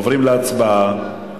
עוברים להצבעה.